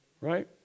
right